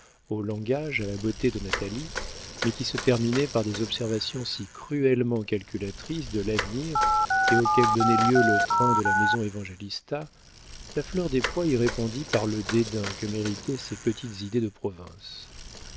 au langage à la beauté de natalie mais qui se terminaient par des observations si cruellement calculatrices de l'avenir et auxquelles donnait lieu le train de la maison évangélista la fleur des pois y répondit par le dédain que méritaient ces petites idées de province